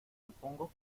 supongo